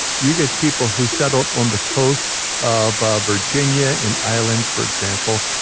you get people who settled on the coast of ah virginia and islands, for example,